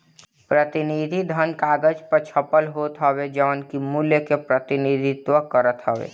प्रतिनिधि धन कागज पअ छपल होत हवे जवन की मूल्य के प्रतिनिधित्व करत हवे